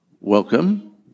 Welcome